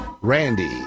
Randy